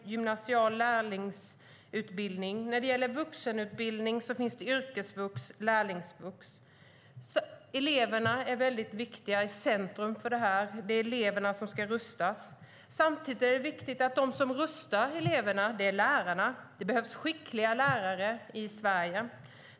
Gymnasial lärlingsutbildning har inrättats. När det gäller vuxenutbildning finns det yrkesvux och lärlingsvux. Eleverna står i centrum för dessa satsningar. Det är eleverna som ska rustas. Samtidigt är de som ska rusta eleverna - lärarna - viktiga. Det behövs skickliga lärare i Sverige.